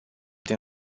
din